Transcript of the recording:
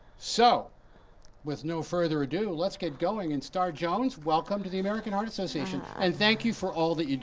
so with no further ado, let's get going and start. jones, welcome to the american heart association and thank you for all that you do.